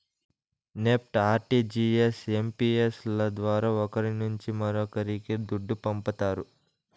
NEFT, RTGS, IMPS ల ద్వారా ఒకరి నుంచి మరొక్కరికి దుడ్డు పంపతారు